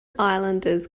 islanders